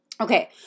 Okay